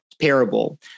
parable